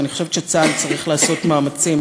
ואני חושבת שצה"ל צריך לעשות מאמצים